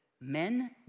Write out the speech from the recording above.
men